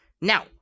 Now